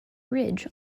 ridge